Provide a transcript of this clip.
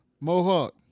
Mohawk